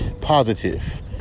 positive